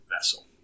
vessel